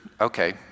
okay